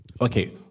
okay